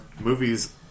movies